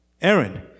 Aaron